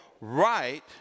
right